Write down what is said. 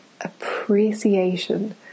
appreciation